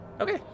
Okay